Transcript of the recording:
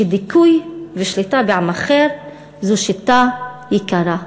שדיכוי ושליטה בעם אחר זו שיטה יקרה.